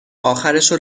آخرشو